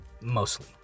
mostly